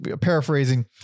paraphrasing